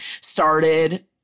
started